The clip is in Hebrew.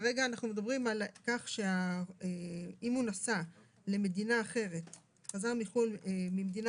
כרגע אנחנו מדברים על למעט אם הוא חזר מחו"ל ממדינה